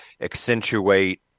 accentuate